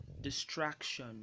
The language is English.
Distraction